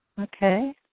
Okay